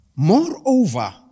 Moreover